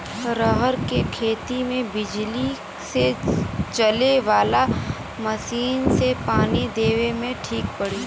रहर के खेती मे बिजली से चले वाला मसीन से पानी देवे मे ठीक पड़ी?